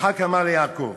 יצחק אמר ליעקב.